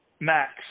max